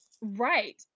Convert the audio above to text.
right